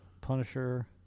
Punisher